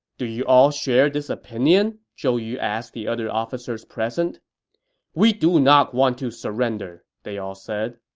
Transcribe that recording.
do you all share this opinion? zhou yu asked the other officers present we do not want to surrender, they all said